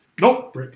Nope